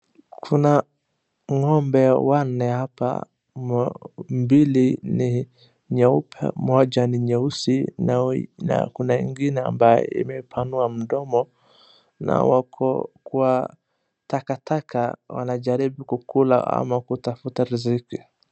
Kuna ng'ombe wanne hapa. Mbili ni nyeupe moja ni nyeusi na kuna ingine ambaye imepanua mdomo na wako kwa takataka wanajaribu kukula ama kutafuta riziki.